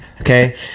Okay